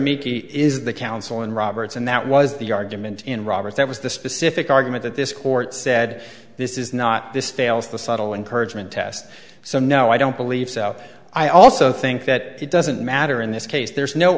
miki is the counsel in roberts and that was the argument in roberts that was the specific argument that this court said this is not this fails the subtle encourage men test so no i don't believe so i also think that it doesn't matter in this case there's no